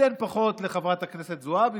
ניתן פחות לחברת הכנסת זועבי,